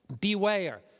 Beware